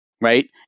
right